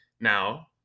Now